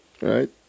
right